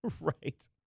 right